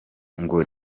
ngo